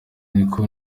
ariko